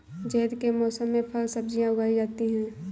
ज़ैद के मौसम में फल सब्ज़ियाँ उगाई जाती हैं